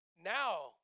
now